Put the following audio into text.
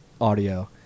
audio